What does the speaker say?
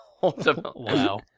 wow